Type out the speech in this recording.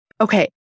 okay